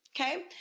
Okay